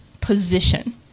position